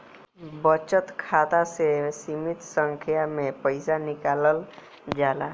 बचत खाता से सीमित संख्या में पईसा निकालल जाला